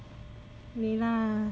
layla